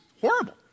horrible